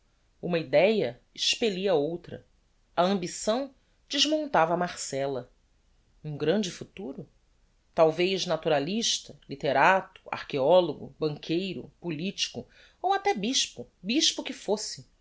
uma idéa expellia outra a ambição desmontava marcella um grande futuro talvez naturalista litterato archeologo banqueiro politico ou até bispo bispo que fosse